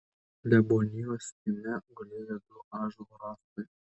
klebonijos kieme gulėjo du ąžuolo rąstai